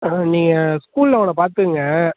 ஆ நீங்கள் ஸ்கூலில் அவனை பார்த்துக்குங்க